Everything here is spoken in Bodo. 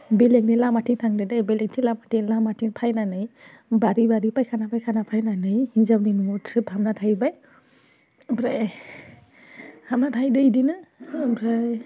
बेलेगनि लामाथिं थांदोंदै बेलेगनि लामाथिं फैनानै बारि बारि फैखाना फायखाना फैनानै हिनजावनि न'आव थ्रोब हाबना थाबाय ओमफ्राय हाबना थाहैदों बिदिनो ओमफ्राय